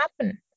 happen